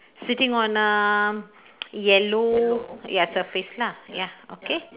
sitting on uh yellow ya surface lah ya okay